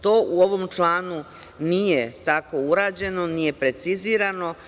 To u ovom članu nije tako urađeno, nije precizirano.